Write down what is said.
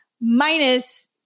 minus